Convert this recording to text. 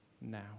now